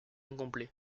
incomplet